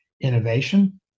innovation